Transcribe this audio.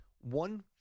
One